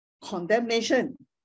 condemnation